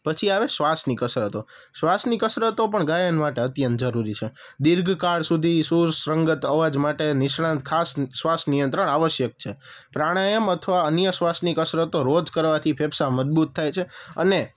પછી આવે શ્વાસની કસરતો શ્વાસની કસરતો પણ ગાયન માટે અત્યંત જરૂરી છે દીર્ઘકાળ સુધી સુર સંગત અવાજ માટે નિષ્ણાત ખાસ શ્વાસ નિયંત્રણ આવશ્યક છે પ્રાણાયામ અથવા અન્ય શ્વાસની કસરતો રોજ કરવાથી ફેફસા મજબૂત થાય છે અને